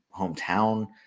hometown